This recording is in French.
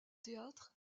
théâtre